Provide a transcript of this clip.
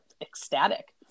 ecstatic